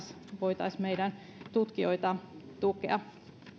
voisimme meidän tutkijoitamme tukea